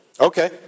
okay